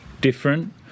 different